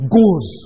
goes